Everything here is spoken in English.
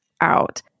out